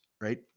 right